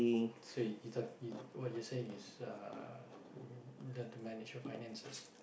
so you you t~ what you're saying is uh learn to manage your finances